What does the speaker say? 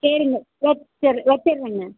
சரிங்க சரி சரி வச்சுர்றேங்க